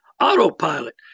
Autopilot